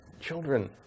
children